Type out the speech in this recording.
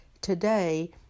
today